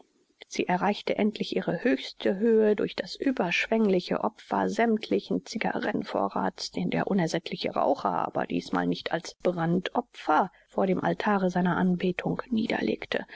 sie erreichte endlich ihre höchste höhe durch das überschwängliche opfer sämmtlichen cigarrenvorrathes den der unersättliche raucher aber dießmal nicht als brandopfer vor dem altare seiner anbetung niederlegte